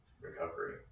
recovery